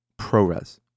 ProRes